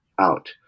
out